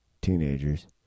teenagers